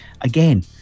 Again